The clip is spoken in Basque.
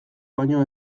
baino